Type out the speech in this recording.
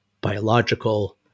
biological